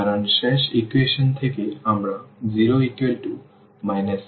কারণ শেষ ইকুয়েশন থেকে আমরা 0 6 পাচ্ছি